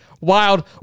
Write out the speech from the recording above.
Wild